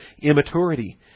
immaturity